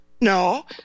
No